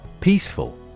Peaceful